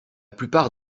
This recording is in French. plupart